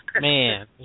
man